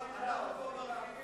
את החוק.